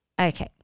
Okay